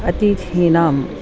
अतिथीनाम्